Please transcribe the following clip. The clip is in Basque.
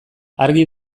argi